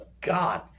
God